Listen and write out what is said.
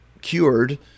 cured